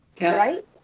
Right